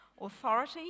authority